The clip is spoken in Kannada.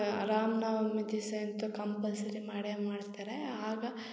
ರಾಮ ನವಮಿ ದಿಸೆ ಅಂತು ಕಂಪಲ್ಸರಿ ಮಾಡೇ ಮಾಡ್ತಾರೆ ಆಗ